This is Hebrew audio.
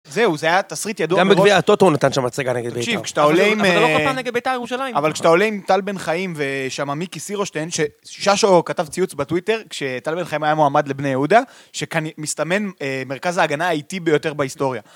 זהו, זה היה תסריט ידוע בראש. גם בגביע הטוטו הוא נתן שם הצגה נגד בית"ר ירושלים. אבל לא כל כך נגד בית"ר ירושלים. אבל כשאתה עולה עם טל בן חיים ושם מיקי סירושטיין, ששו כתב ציוץ בטוויטר כשטל בן חיים היה מועמד לבני יהודה, שמסתמן מרכז ההגנה האיטי ביותר בהיסטוריה.